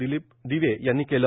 दिलीप दिवे यांनी केलं